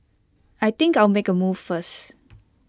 I think I'll make A move first